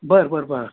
बरं बरं बरं